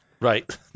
right